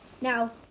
Now